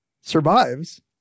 survives